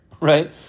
right